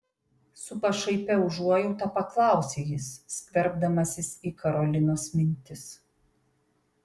su pašaipia užuojauta paklausė jis skverbdamasis į karolinos mintis